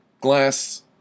Glass